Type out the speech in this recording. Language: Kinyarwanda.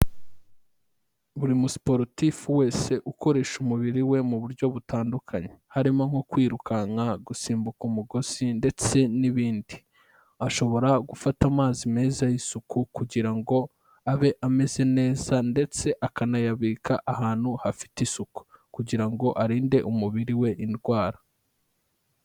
Buri mu siporotifu wese ukoresha umubiri we mu buryo butandukanye, harimo nko kwirukanka, gusimbuka umugozi ndetse n'ibindi, ashobora gufata amazi meza y'isuku kugira ngo abe ameze neza ndetse akanayabika ahantu hafite isuku kugira ngo arinde umubiri we indwara.